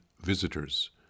visitors